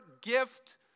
gift